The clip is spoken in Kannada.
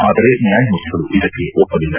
ಆದರೆ ನ್ಯಾಯಮೂರ್ತಿಗಳು ಇದಕ್ಕೆ ಒಪ್ಪಲಿಲ್ಲ